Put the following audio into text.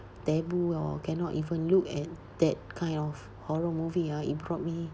taboo or cannot even look at that kind of horror movie ah it brought me